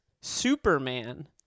Superman